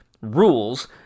rules